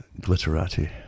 glitterati